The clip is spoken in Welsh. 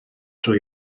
drwy